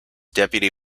deputy